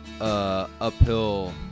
uphill